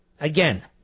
again